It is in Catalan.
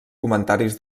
comentaris